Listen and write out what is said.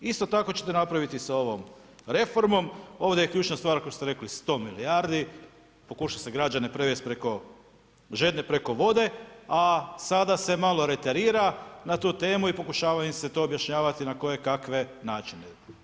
Isto tako ćete napraviti i sa ovom reformom, ovdje je ključna stvar, kao što ste rekli 100 milijardi, pokušava se građane prevesti preko, žedne preko vode, a sada se malo … na tu temu i pokušava im se to objašnjavati na koje kakve načine.